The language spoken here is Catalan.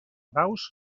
daus